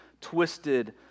twisted